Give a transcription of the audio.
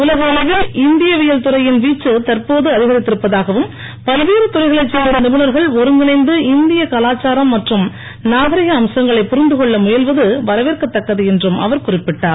உலக அளவில் இந்தியவியல் துறையின் வீச்சு தற்போது அதிகரித்திருப்பதாகவும் பல்வேறு துறைகளைச் சேர்ந்த நிபுணர்கள் ஒருங்கிணைந்து இந்திய கலாச்சாரம் மற்றும் நாகரிக அம்சங்களை புரிந்துகொள்ள முயல்வது வரவேற்கத்தக்கது என்றும் அவர் குறிப்பிட்டார்